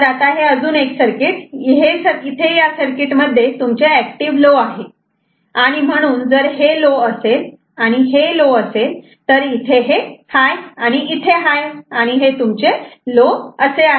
तर आता इथे या सर्किटमध्ये हे तुमचे एक्टिव लो आहे आणि म्हणून जर हे लो असेल आणि हे लो असेल तर हे इथे हाय आणि हे इथे हाय आणि हे तुमचे लो असे आहे